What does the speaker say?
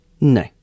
No